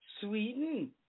Sweden